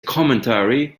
commentary